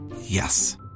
Yes